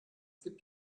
gibt